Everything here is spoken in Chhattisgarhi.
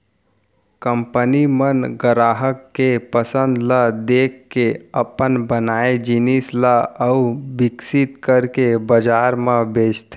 कंपनी मन गराहक के पसंद ल देखके अपन बनाए जिनिस ल अउ बिकसित करके बजार म बेचथे